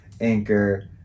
Anchor